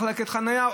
מחלקת חניה,